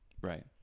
Right